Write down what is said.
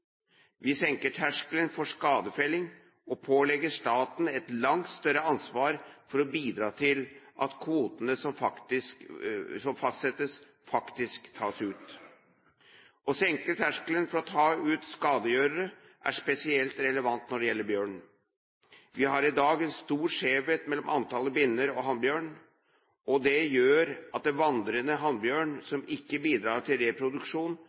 Vi senker terskelen for skadefelling og pålegger staten et langt større ansvar for å bidra til at kvotene som fastsettes, faktisk tas ut. Å senke terskelen for å ta ut skadegjørere er spesielt relevant når det gjelder bjørn. Vi har i dag en stor skjevhet mellom antallet binner og antallet hannbjørn, og det gjør at vandrende hannbjørn ikke bidrar til reproduksjon